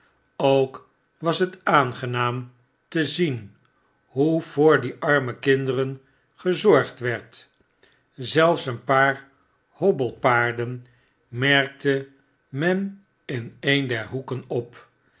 ook was het aangenaam te zien hoe voor die arme kinderen gezorgd werd zelfs een paar hobbelpaarden merkte men in een der hoeken op